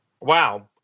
Wow